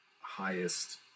highest